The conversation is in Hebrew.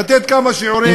לתת כמה שיעורי,